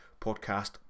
podcast